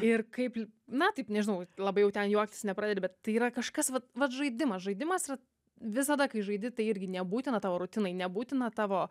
ir kaip na taip nežinau labai jau ten juoktis nepradedi bet tai yra kažkas vat vat žaidimas žaidimas ir visada kai žaidi tai irgi nebūtina tavo rutinai nebūtina tavo